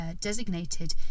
designated